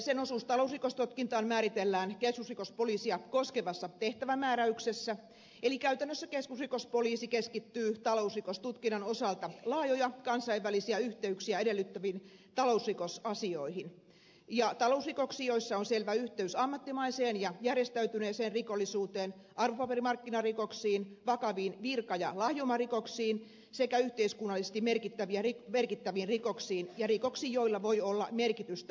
sen osuus talousrikostutkintaan määritellään keskusrikospoliisia koskevassa tehtävämääräyksessä eli käytännössä keskusrikospoliisi keskittyy talousrikostutkinnan osalta laajoja kansainvälisiä yhteyksiä edellyttäviin talousrikosasioihin ja talousrikoksiin joissa on selvä yhteys ammattimaiseen ja järjestäytyneeseen rikollisuuteen arvopaperimarkkinarikoksiin vakaviin virka ja lahjomarikoksiin sekä yhteiskunnallisesti merkittäviin rikoksiin ja rikoksiin joilla voi olla merkitystä ennakkotapauksena